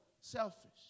selfish